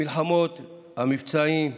המלחמות, המבצעים,